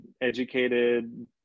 educated